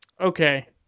Okay